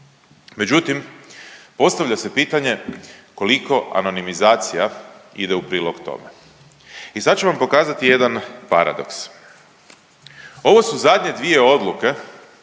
Međutim postavlja se pitanje koliko anonimizacija ide u prilog tome. I sad ću vam pokazati jedan paradoks. Ovo su zadnje dvije odluke